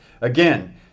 Again